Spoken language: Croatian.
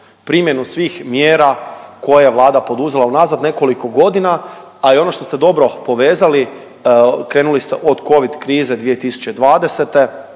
primjenu svih mjera koje je Vlada poduzela unazad nekoliko godina, a i ono što ste dobro povezali, krenuli ste od covid krize 2020.,